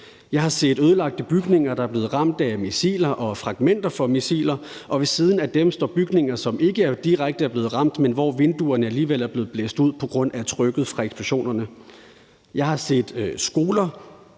Jeg har set ødelagte bygninger, der er blevet ramt af missiler og fragmenter fra missiler, og ved siden af dem står der bygninger, som ikke direkte er blevet ramt, men hvor vinduerne alligevel er blevet blæst ud på grund af trykket fra eksplosionerne. Jeg har også set skoler,